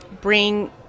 bring